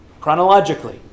chronologically